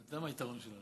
אתה יודע מה היתרון שלנו?